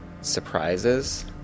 surprises